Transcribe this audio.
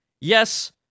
Yes